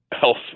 health